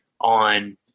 on